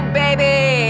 baby